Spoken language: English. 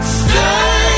stay